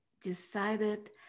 decided